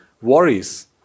worries